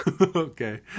Okay